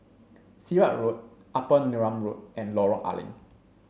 Sirat Road Upper Neram Road and Lorong A Leng